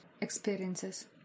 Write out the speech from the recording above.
experiences